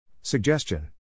Suggestion